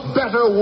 better